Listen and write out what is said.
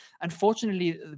Unfortunately